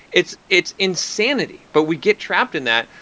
it's it's insanity, but we get trapped in that.